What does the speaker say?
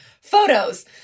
photos